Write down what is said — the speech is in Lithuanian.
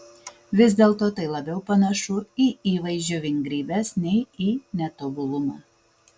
vis dėlto tai labiau panašu į įvaizdžio vingrybes nei į netobulumą